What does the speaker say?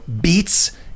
beats